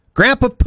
Grandpa